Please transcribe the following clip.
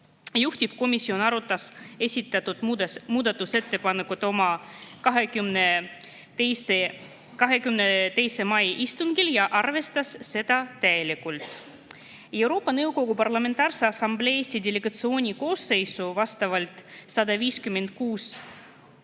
Juhtivkomisjon arutas esitatud muudatusettepanekut oma 22. mai istungil ja arvestas seda täielikult. Euroopa Nõukogu Parlamentaarse Assamblee Eesti delegatsiooni koosseisu kuuluvad